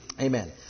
Amen